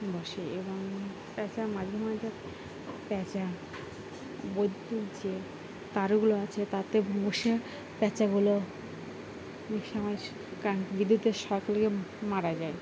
বসে এবং প্যাঁচা মাঝে মাঝে প্যাঁচা বৈদ্যুতিক যে তারগুলো আছে তাতে বসে প্যাঁচাগুলো অনেক সময় বিদ্যুতের শক লেগে মারা যায়